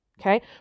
Okay